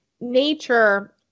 nature